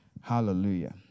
Hallelujah